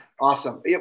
Awesome